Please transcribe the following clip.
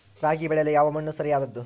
ರಾಗಿ ಬೆಳೆಯಲು ಯಾವ ಮಣ್ಣು ಸರಿಯಾದದ್ದು?